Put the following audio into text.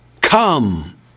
come